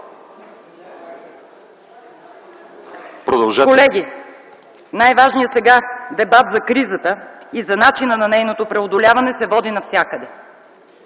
Колеги, най-важният дебат сега за кризата и за начина на нейното преодоляване се води навсякъде